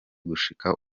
gushika